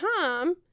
Tom